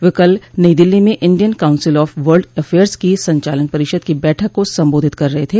वह कल नई दिल्ली में Indian council of world affairs की संचालन परिषद की बैठक को संबोधित कर रहे थे